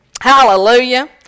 hallelujah